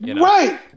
Right